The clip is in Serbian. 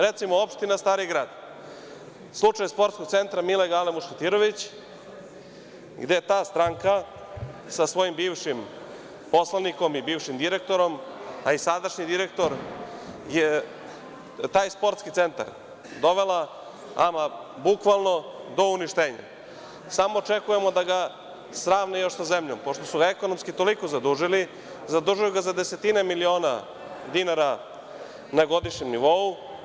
Recimo, opština Stari grad, slučaj Sportskog centra „Milan Gale Muškatirović“ gde ta stranka sa svojim bivšim poslanikom i bivšim direktorom, a i sadašnji direktor, je taj sportski centar dovela do uništenja, samo očekujemo da pga sravne sa zemljom, pošto su ekonomski toliko zadužili, zadužuju ga za desetine miliona dinara na godišnjem nivou.